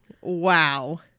Wow